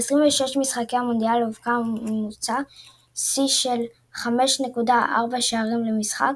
ב-26 משחקי המונדיאל הובקע ממוצע שיא של 5.4 שערים למשחק,